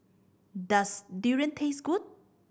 does durian taste good